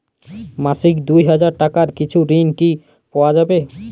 মাসিক দুই হাজার টাকার কিছু ঋণ কি পাওয়া যাবে?